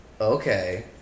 Okay